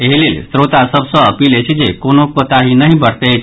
एहि लेल श्रोता सभ सँ अपील अछि जे कोनो कोताहि नहि बरतैथ